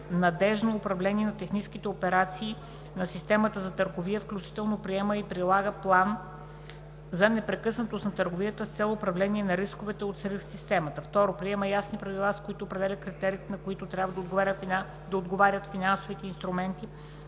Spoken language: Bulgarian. надеждното управление на техническите операции на системата за търговия, включително приема и прилага план за непрекъснатост на търговията, с цел управление на рисковете от срив в системата; 2. приема ясни правила, с които определя критериите, на които трябва да отговарят финансовите инструменти,